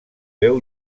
veu